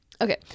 Okay